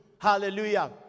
Hallelujah